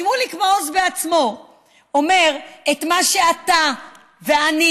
שמוליק מעוז בעצמו אומר את מה שאתה ואני